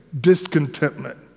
discontentment